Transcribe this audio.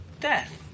death